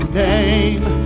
name